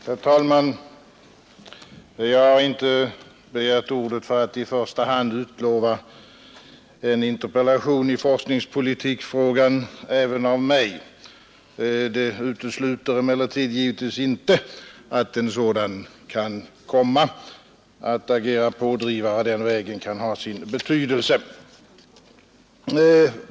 Herr talman! Jag har inte begärt ordet för att i första hand utlova en interpellation i forskningspolitikfrågan även från mig. Det utesluter emellertid givetvis inte att en sådan kan komma. Att agera pådrivare den vägen kan ha sin betydelse.